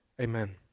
Amen